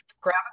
grab